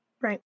Right